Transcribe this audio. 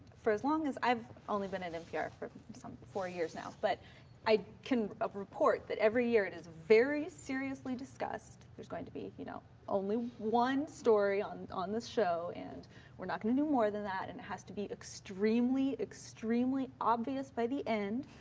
for as long as i've only been in npr for four years now, but i can ah report that every year it is very seriously discussed. there's going to be, you know, only one story on on the show and we're not gonna do more than that and it has to be extremely, extremely obvious by the end.